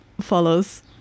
follows